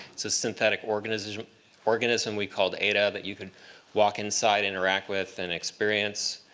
so synthetic organism organism we called ada that you could walk inside, interact with, and experience.